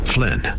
Flynn